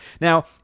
Now